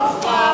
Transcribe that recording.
זה לא מופרך.